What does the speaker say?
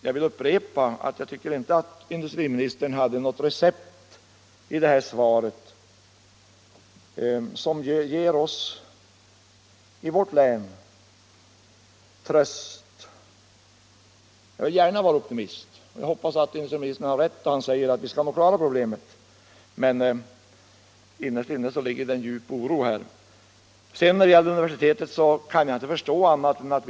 Jag vill upprepa att jag tycker inte att industriminstern hade något Torsdagen den recept i sitt svar som ger oss i vårt län tröst. 26 februari 1976 När det gäller universitetet i Umeå kan jag inte förstå annat än att.